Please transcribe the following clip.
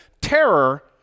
Terror